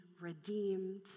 redeemed